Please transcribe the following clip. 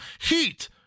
Heat